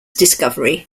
discovery